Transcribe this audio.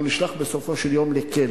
נשלח בסופו של יום לכלא,